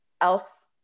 else